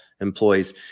employees